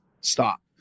stop